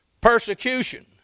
Persecution